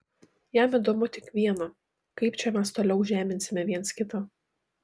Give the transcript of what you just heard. jam įdomu tik viena kaip čia mes toliau žeminsime viens kitą